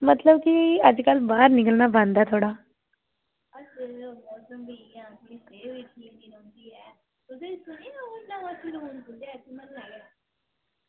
मतलब कि अज्जकल बड़ा निकलना बंद ऐ थुआढ़ा